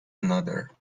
another